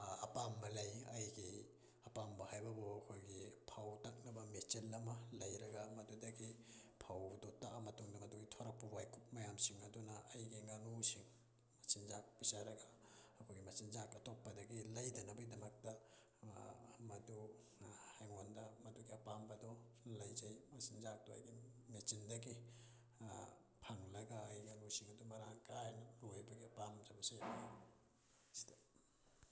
ꯑꯄꯥꯝꯕ ꯂꯩ ꯑꯩꯒꯤ ꯑꯄꯥꯝꯕ ꯍꯥꯏꯕꯕꯨ ꯑꯩꯈꯣꯏꯒꯤ ꯐꯧ ꯇꯛꯅꯕ ꯃꯦꯆꯤꯟ ꯑꯃ ꯂꯩꯔꯒ ꯃꯗꯨꯗꯒꯤ ꯐꯧꯗꯣ ꯇꯛꯑ ꯃꯇꯨꯡꯗ ꯃꯗꯨꯗꯒꯤ ꯊꯣꯛꯂꯛꯄ ꯋꯥꯏꯀꯨꯞ ꯃꯌꯥꯝꯁꯤꯡ ꯑꯗꯨꯅ ꯑꯩꯒꯤ ꯉꯥꯅꯨꯁꯤꯡ ꯃꯆꯤꯟꯖꯥꯛ ꯄꯤꯖꯔꯒ ꯑꯩꯈꯣꯏꯒꯤ ꯃꯆꯤꯟꯖꯥꯛ ꯑꯇꯣꯞꯄꯗꯒꯤ ꯂꯩꯗꯅꯕꯒꯤꯗꯃꯛꯇ ꯃꯗꯨꯅ ꯑꯩꯉꯣꯟꯗ ꯃꯗꯨꯒꯤ ꯑꯄꯥꯝꯕꯗꯣ ꯂꯩꯖꯩ ꯃꯆꯤꯟꯖꯥꯛꯇꯣ ꯑꯩꯒꯤ ꯃꯦꯆꯤꯟꯗꯒꯤ ꯐꯪꯂꯒ ꯑꯩ ꯉꯤꯅꯨꯁꯤꯡ ꯑꯗꯨ ꯃꯔꯥꯡ ꯀꯥꯏꯅ ꯂꯣꯏꯕꯒꯤ ꯄꯥꯝꯖꯕꯁꯦ ꯁꯤꯗ